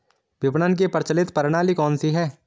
विपणन की प्रचलित प्रणाली कौनसी है?